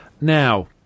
Now